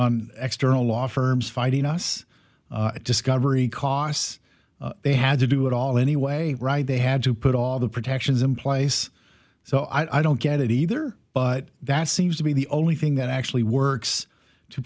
on external law firms fighting us discovery costs they had to do it all anyway right they had to put all the protections in place so i don't get it either but that seems to be the only thing that actually works to